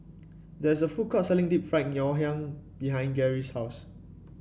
there's a food court selling Deep Fried Ngoh Hiang behind Gerry's house